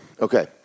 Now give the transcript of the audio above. Okay